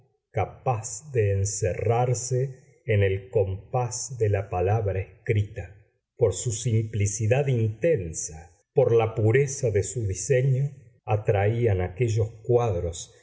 capaz de encerrarse en el compás de la palabra escrita por su simplicidad intensa por la pureza de su diseño atraían aquellos cuadros